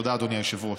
תודה, אדוני היושב-ראש.